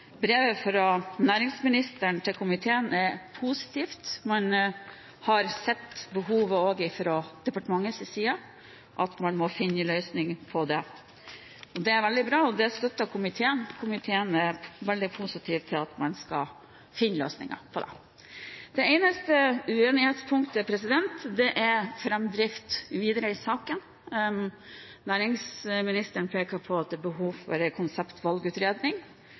brevet fra næringsministeren til komiteen er positivt. Man har også fra departementets side sett behovet for å finne en løsning. Det er veldig bra, og det støtter komiteen. Komiteen er veldig positiv til at man skal finne løsninger. Det eneste uenighetspunktet er framdriften videre i saken. Næringsministeren peker på at det er behov for en konseptvalgutredning